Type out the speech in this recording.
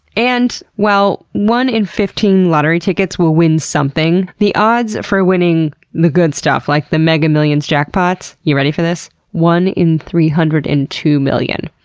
and, while one in fifteen lottery tickets will win something, the odds for winning the good stuff like the mega millions jackpots, you ready for this? one in three hundred and two million.